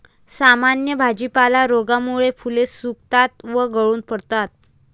सामान्य भाजीपाला रोगामुळे फुले सुकतात व गळून पडतात